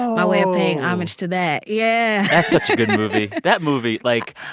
my way of paying homage to that. yeah that's such a good movie. that movie like,